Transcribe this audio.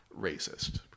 racist